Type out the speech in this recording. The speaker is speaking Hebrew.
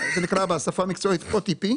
זה נקרא בשפה המקצועית OTP,